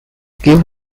give